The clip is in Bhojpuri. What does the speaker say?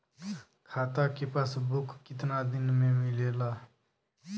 खाता के पासबुक कितना दिन में मिलेला?